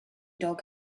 dog